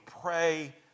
pray